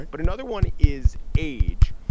but another one is age.